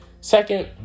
second